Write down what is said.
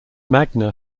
magna